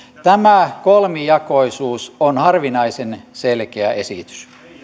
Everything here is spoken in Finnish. tämä kolmijakoisuus on harvinaisen selkeä esitys